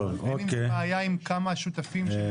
אין בעיה עם כמה שותפים?